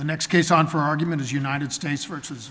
the next case on for argument is united states versus